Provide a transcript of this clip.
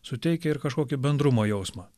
suteikia ir kažkokį bendrumo jausmą